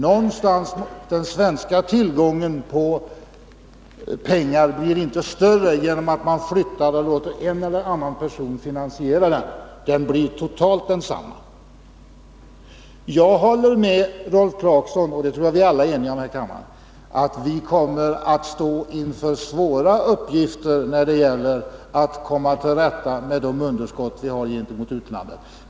Den svenska tillgången på pengar blir inte större genom att man flyttar investeringen och låter en eller annan person finansiera den. Penningtillgången blir totalt densamma. Jag håller med Rolf Clarkson om — och det tror jag vi alla gör här i kammaren — att vi kommer att stå inför svåra uppgifter när det gäller att komma till rätta med de underskott vi har gentemot utlandet.